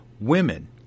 women